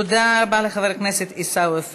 תודה רבה לחבר הכנסת עיסאווי פריג'.